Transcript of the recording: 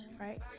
right